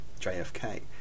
JFK